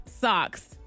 socks